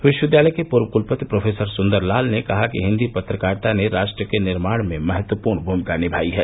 विश्वविद्यालय के पूर्व कुलपति प्रोफेसर सुन्दरलाल ने कहा कि हिन्दी पत्रकारिता ने राष्ट्र के निर्माण में महत्वपूर्ण भूमिका निभाई है